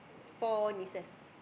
four nieces